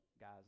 guys